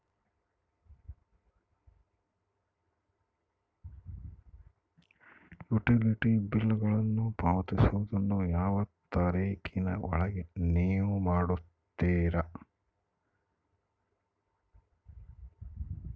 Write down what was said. Utility ಬಿಲ್ಲುಗಳನ್ನು ಪಾವತಿಸುವದನ್ನು ಯಾವ ತಾರೇಖಿನ ಒಳಗೆ ನೇವು ಮಾಡುತ್ತೇರಾ?